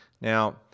Now